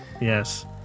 Yes